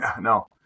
No